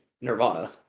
Nirvana